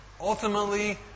Ultimately